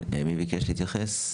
מי ביקש להתייחס?